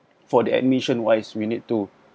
for the admission wise we need to